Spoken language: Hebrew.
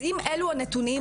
אז אם אלו הנתונים,